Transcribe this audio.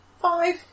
Five